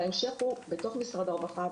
ההמשך הוא בתוך משרד הרווחה,